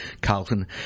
Carlton